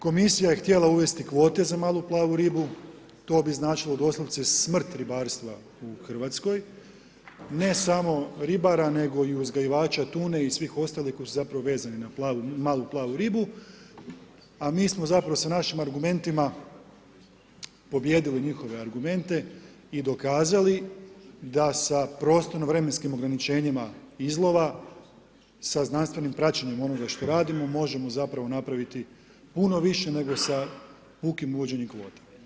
Komisija je htjela uvesti kvote za malu plavu ribu to bi značilo doslovce smrt ribarstva u Hrvatskoj ne samo ribara nego i uzgajivača tune i svih ostalih koji su zapravo vezani na malu plavu ribu, a mi smo zapravo sa našim argumentima pobijedili njihove argumenta i dokazali da sa prostorno vremenskim ograničenjima izlova sa znanstvenim praćenjem onoga što radimo možemo zapravo napraviti puno više nego sa pukim uvođenjem kvota.